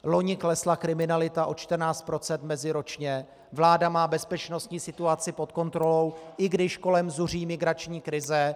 Loni klesla kriminalita o 14 % meziročně, vláda má bezpečnostní situaci pod kontrolou, i když kolem zuří migrační krize.